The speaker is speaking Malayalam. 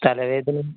തലവേദനയും